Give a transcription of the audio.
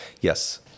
yes